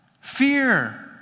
Fear